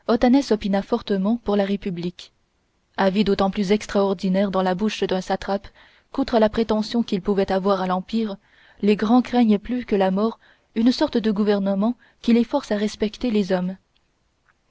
fortement pour la république avis d'autant plus extraordinaire dans la bouche d'un satrape qu'outre la prétention qu'il pouvait avoir à l'empire les grands craignent plus que la mort une sorte de gouvernement qui les force à respecter les hommes